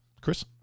Chris